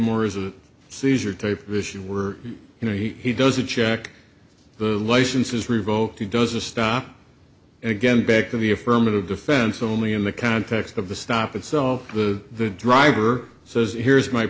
more as a seizure type vision were you know he does a check the licenses revoked it does a stop again back to the affirmative defense only in the context of the stop itself the driver says here's my